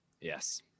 Yes